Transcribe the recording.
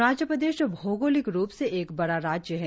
अरूणाचल प्रदेश भौगोलिक रूप से एक बड़ा राज्य है